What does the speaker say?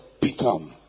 become